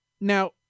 Now